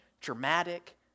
dramatic